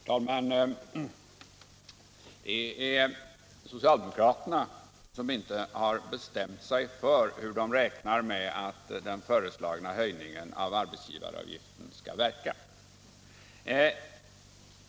Herr talman! Det är socialdemokraterna som inte har bestämt sig för hur de räknar med att den föreslagna höjningen av arbetsgivaravgiften skall verka.